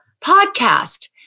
podcast